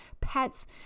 pets